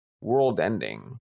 world-ending